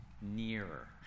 nearer